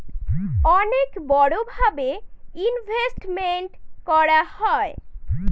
অনেক বড়ো ভাবে ইনভেস্টমেন্ট করা হয়